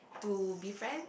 to prevent